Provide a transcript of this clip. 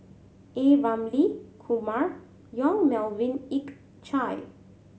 A Ramli Kumar Yong Melvin Yik Chye